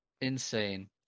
Insane